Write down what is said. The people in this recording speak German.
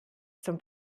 zum